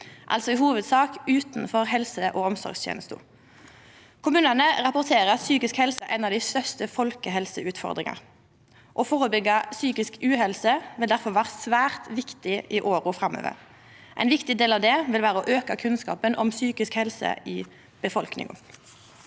altså i hovudsak utanfor helse- og omsorgstenesta. Kommunane rapporterer at psykisk uhelse er ei av dei største folkehelseutfordringane. Å førebyggja psykisk uhelse vil difor vera svært viktig i åra framover. Ein viktig del av det vil vera å auka kunnskapen om psykisk helse i befolkninga.